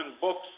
books